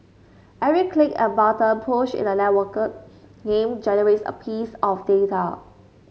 every click and button push in a networked game generates a piece of data